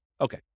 Okay